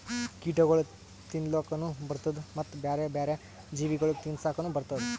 ಕೀಟಗೊಳ್ ತಿನ್ಲುಕನು ಬರ್ತ್ತುದ ಮತ್ತ ಬ್ಯಾರೆ ಬ್ಯಾರೆ ಜೀವಿಗೊಳಿಗ್ ತಿನ್ಸುಕನು ಬರ್ತ್ತುದ